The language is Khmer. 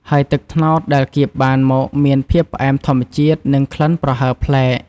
ហើយទឹកត្នោតដែលគៀបបានមកមានភាពផ្អែមធម្មជាតិ និងក្លិនប្រហើរប្លែក។